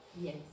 Yes